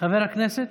חבר הכנסת,